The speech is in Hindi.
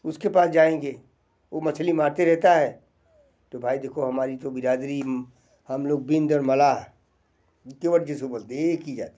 उसके पास जाएंगे ओ मछली मारते रहता है तो भाई देखो हमारी तो बिरादरी ही हम लोग बिंद और मलाह हैं केवट जिसको बोलते हैं एक ही जाति है